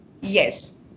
Yes